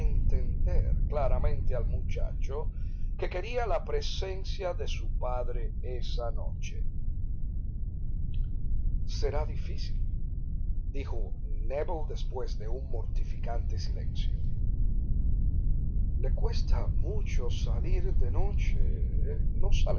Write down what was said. entender claramente al muchacho que quería la presencia de su padre esa noche será difícil dijo nébel después de un mortificante silencio le cuesta mucho salir de noche no